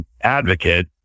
advocate